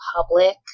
public